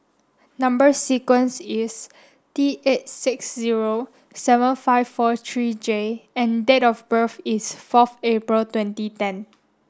number sequence is T eight six zero seven five four three J and date of birth is forth April twenty ten